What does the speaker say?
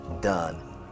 done